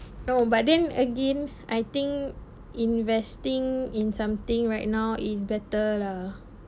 no but then again I think investing in something right now is better lah